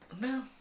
no